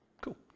Cool